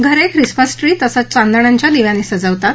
घरे Christmas tree तसंच चांदण्यांच्या दिव्यांनी सजवतात